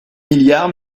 milliards